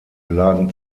lagen